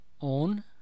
On